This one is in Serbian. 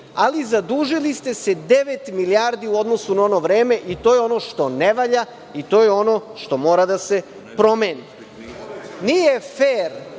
Ali, zadužili ste se devet milijardi u odnosu na ono vreme i to je ono što ne valja i to je ono što mora da se promeni. Nije fer